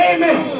Amen